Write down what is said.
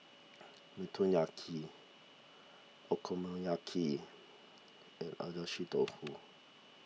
Motoyaki Okonomiyaki and Agedashi Dofu